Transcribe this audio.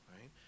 right